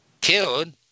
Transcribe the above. killed